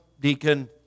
deacon